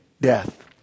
death